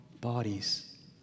bodies